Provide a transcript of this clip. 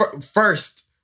first